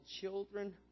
children